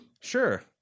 Sure